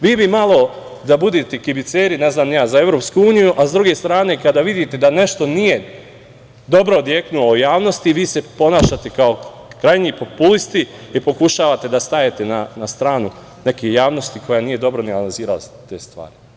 Vi bi malo da budete kibiceri za EU, a sa druge strane, kada vidite da nešto nije dobro odjeknulo u javnosti, vi se ponašate kao krajnji populisti i pokušavate da stanete na stranu neke javnosti koja nije dobro analizirala te stvari.